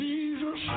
Jesus